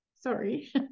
sorry